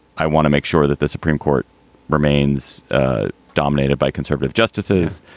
i want to make sure that the supreme court remains ah dominated by conservative justices.